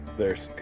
there's